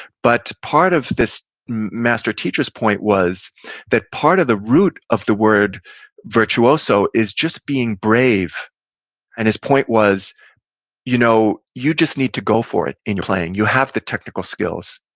but part of this master teacher's point was that part of the root of the word virtuoso is just being brave and his point was you know you just need to go for it in your playing. you have the technical skills,